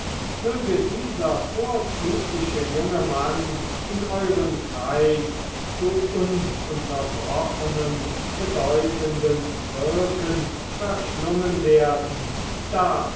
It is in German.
möge dieser vorzügliche junge mann in euren kreis zu ununterbrochenem bedeutendem wirken verschlungen werden da